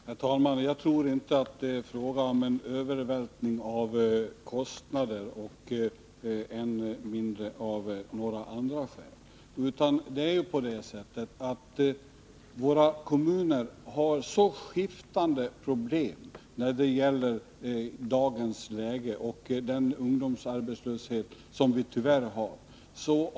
Herr talman! Jag tror inte att det är fråga om en övervältring av kostnader, och än mindre av något annat. Det är ju på det sättet att våra kommuner har mycket skiftande problem i dagens läge när det gäller den ungdomsarbetslöshet som vi tyvärr har.